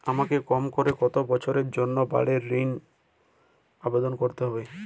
আমাকে কম করে কতো বছরের জন্য বাড়ীর ঋণের জন্য আবেদন করতে হবে?